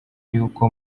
y’uko